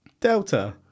Delta